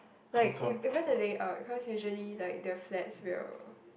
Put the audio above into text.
like if even if they are cause usually like the flats will